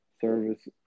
service